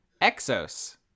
Exos